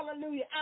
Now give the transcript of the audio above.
Hallelujah